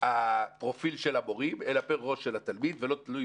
הפרופיל של המורים ולא תלוי